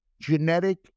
genetic